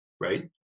right